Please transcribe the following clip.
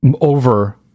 Over